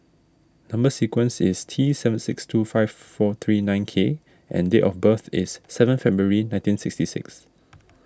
Number Sequence is T seven six two five four three nine K and date of birth is seven February nineteen sixty six